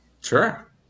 Sure